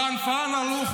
שקרן עלוב,